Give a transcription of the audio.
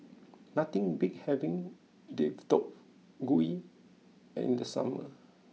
nothing beats having Deodeok Gui in the summer